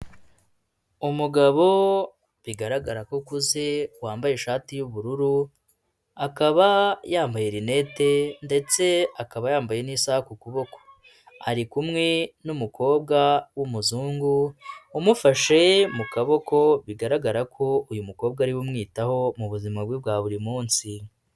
Umugabo bigaragara ko ukuze, wambaye ishati y'ubururu, akaba yambaye rinete, ndetse akaba yambaye n'isaha ku kuboko. Ari kumwe n'umukobwa w'umuzungu umufashe mu kaboko, bigaragara ko uyu mukobwa ari we umwitaho mu buzima bwe bwa buri munsi.